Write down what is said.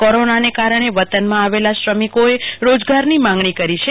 corona કારણે વતનમાં આવેલા શ્રમિકોએ રોજગારની માગણી કરી છે